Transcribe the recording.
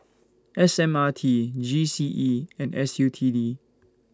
S M R T G C E and S U T D